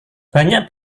banyak